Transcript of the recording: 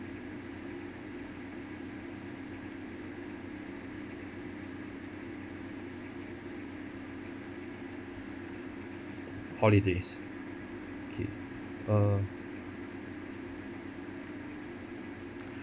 holidays okay uh